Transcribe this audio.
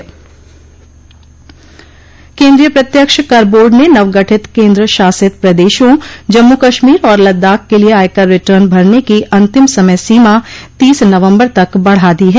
केन्द्रीय प्रत्यक्ष कर बोर्ड ने नव गठित केंद्र शासित प्रदेशों जम्मू कश्मीर और लद्दाख के लिए आयकर रिटर्न भरने की अंतिम समय सीमा तीस नवंबर तक बढ़ा दी है